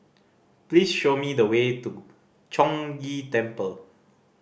please show me the way to Chong Ghee Temple